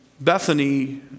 Bethany